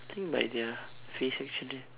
think like their face action ah